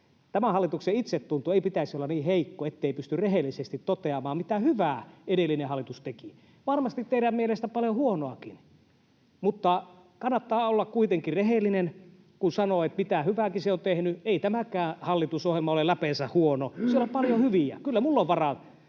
tämän hallituksen itsetunnon ei pitäisi olla niin heikko, ettei pysty rehellisesti toteamaan, mitä hyvää edellinen hallitus teki, varmasti teidän mielestänne paljon huonoakin. Mutta kannattaa olla kuitenkin rehellinen, kun sanoo, mitä hyvääkin se on tehnyt. Ei tämäkään hallitusohjelma ole läpeensä huono. Siellä on paljon hyvää. Kyllä minulla on varaa